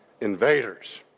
invaders